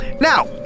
Now